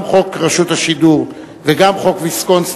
גם חוק רשות השידור וגם חוק ויסקונסין,